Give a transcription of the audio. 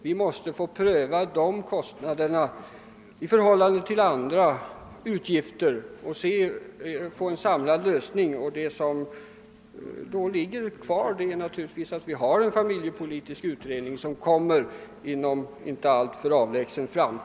Vi måste få pröva kostnaderna för barnbidragen i förhållande till andra utgifter inom familjepolitikens ram och få en samlad lösning. Låt oss alltså avvakta resultatet av den familjepolitiska utredningen, som kommer inom en inte alltför avlägsen framtid!